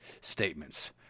statements